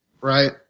Right